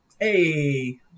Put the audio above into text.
Hey